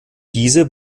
diese